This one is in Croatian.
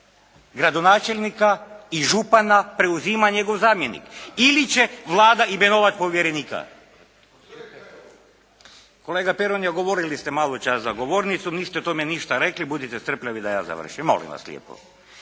gradonačelnika i župana preuzima njegov zamjenik. Ili će Vlada imenovat povjerenika. Kolega Peronja, govorili ste maločas za govornicom. Niste o tome ništa rekli. Budite strpljivi da ja završim, molim vas lijepo.